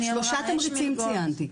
שלושה תמריצים ציינתי.